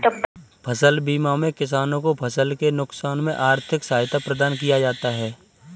फसल बीमा में किसानों को फसल के नुकसान में आर्थिक सहायता प्रदान किया जाता है